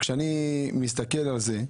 כשאני מסתכל על זה,